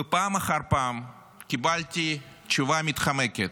ופעם אחר פעם קיבלתי תשובה מתחמקת: